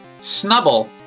Snubble